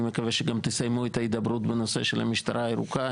אני מקווה שגם תסיימו את ההידברות בנושא של המשטרה הירוקה.